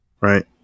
Right